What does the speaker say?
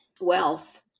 wealth